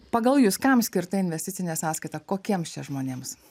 pagal jus kam skirta investicinė sąskaita kokiems čia žmonėms